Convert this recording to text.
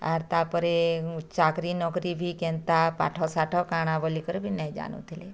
ଆର୍ ତାପରେ ଚାକିରି ନକିରି ବି କେନ୍ତା ପାଠସାଠ କାଁଣା ବୋଲିକରି ବି ନାଇଁ ଜାନୁଥିଲେ